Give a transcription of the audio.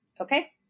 Okay